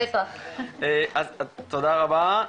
תודה רבה.